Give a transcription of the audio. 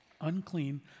unclean